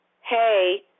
Hey